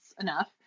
enough